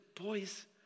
boys